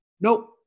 Nope